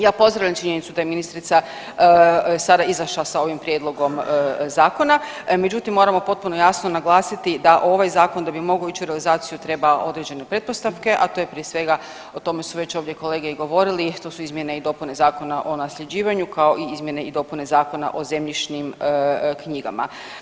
Ja pozdravljam činjenicu da je ministrica sada izašla sa ovim prijedlogom zakona međutim moramo potpuno jasno naglasiti da ovaj zakon da bi mogao ići u realizaciju treba određene pretpostavke, a to je prije svega, o tome su već ovdje kolege i govorili to su izmjene i dopune Zakona o nasljeđivanju kao i izmjene i dopune Zakona o zemljišnim knjigama.